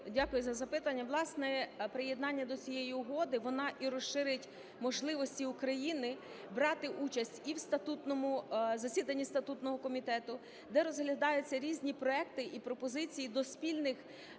Дякую за запитання. Власне, приєднання до цієї угоди вона і розширить можливості України брати участь і в засіданні статутного комітету, де розглядаються різні проекти і пропозиції до спільних